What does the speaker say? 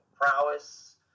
prowess